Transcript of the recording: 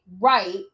right